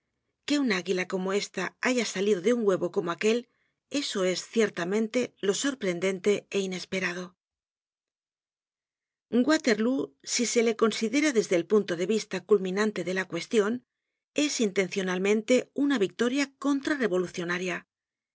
que una águila como esta haya salido de un huevo como aquel eso es ciertamente lo sorprendente é inesperado waterlóo si se le considera desde el punto de vista culminante de la cuestion es intencionalmente una victoria